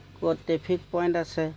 ক'ত traffic point আছে